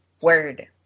word